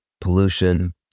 pollution